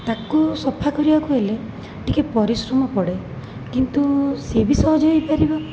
ତାକୁ ସଫା କରିବାକୁ ହେଲେ ଟିକିଏ ପରିଶ୍ରମ ପଡ଼େ କିନ୍ତୁ ସେ ବି ସହଜ ହେଇପାରିବ